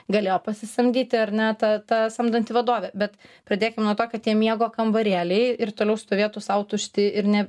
galėjo pasisamdyti ar ne ta ta samdanti vadovė bet pradėkim nuo to kad tie miego kambarėliai ir toliau stovėtų sau tušti ir nė